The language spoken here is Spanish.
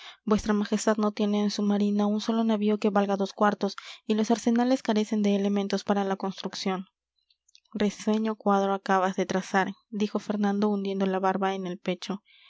vuestra majestad no tiene en su marina un solo navío que valga dos cuartos y los arsenales carecen de elementos para la construcción risueño cuadro acabas de trazar dijo fernando hundiendo la barba en el pecho